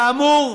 כאמור,